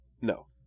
No